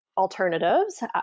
Alternatives